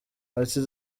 ati